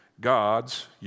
God's